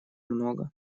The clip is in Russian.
много